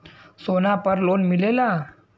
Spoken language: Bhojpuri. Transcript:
सोना पर लोन मिलेला?